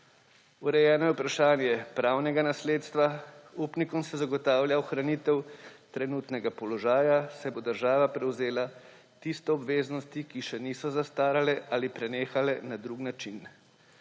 Urejeno je vprašanje pravnega nasledstva, upnikom se zagotavlja ohranitev trenutnega položaja, saj bo država prevzela tiste obveznosti, ki še niso zastarale ali prenehale na drug način.